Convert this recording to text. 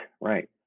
Right